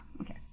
Okay